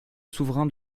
souverain